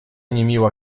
niemiła